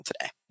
today